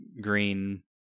green